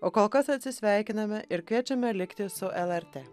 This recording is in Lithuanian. o kol kas atsisveikiname ir kviečiame likti su lrt